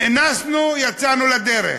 נאנסנו, יצאנו לדרך.